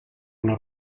una